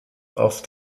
auf